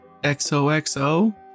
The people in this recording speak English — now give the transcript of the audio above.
XOXO